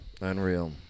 Unreal